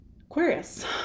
Aquarius